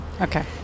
Okay